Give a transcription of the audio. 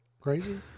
crazy